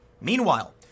Meanwhile